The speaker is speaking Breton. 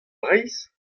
breizh